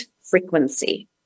frequency